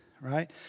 right